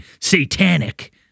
Satanic